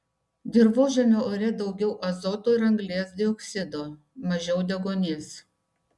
dirvožemio ore daugiau azoto ir anglies dioksido mažiau deguonies